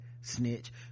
snitch